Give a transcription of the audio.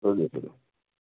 تُلِو تُلِو